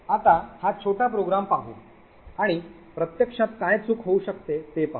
आता हा छोटा प्रोग्राम पाहू आणि प्रत्यक्षात काय चूक होऊ शकते ते पाहू